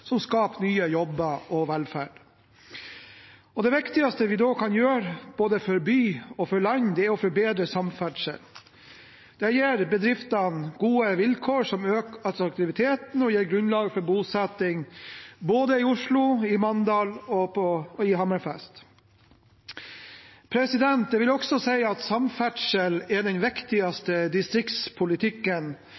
som skaper nye jobber og velferd. Det viktigste vi da kan gjøre både for by og for land, er å forbedre samferdselen. Det gir bedriftene gode vilkår som øker attraktiviteten, og det gir grunnlag for bosetting både i Oslo, i Mandal og i Hammerfest. Jeg vil også si at samferdsel er den